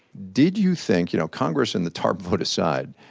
did you think you know congress and the tarp vote aside,